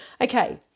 Okay